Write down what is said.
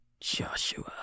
Joshua